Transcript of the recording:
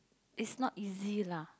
is not easy lah